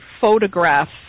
photographs